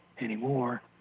anymore